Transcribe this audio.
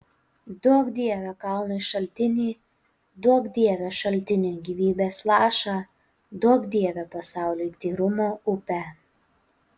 duok dieve kalnui šaltinį duok dieve šaltiniui gyvybės lašą duok dieve pasauliui tyrumo upę